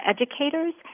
educators